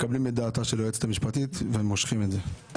מקבלים את דעתה של היועצת המשפטית ומושכים את זה.